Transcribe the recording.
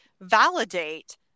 validate